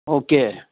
okay